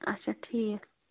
اَچھا ٹھیٖک